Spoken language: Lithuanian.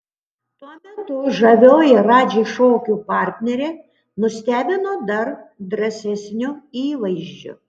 tuo metu žavioji radži šokių partnerė nustebino dar drąsesniu įvaizdžiu